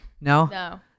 no